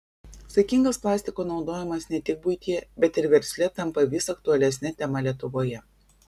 saikingas plastiko naudojimas ne tik buityje bet ir versle tampa vis aktualesne tema lietuvoje